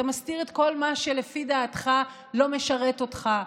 אתה מסתיר את כל מה שלפי דעתך לא משרת אותך,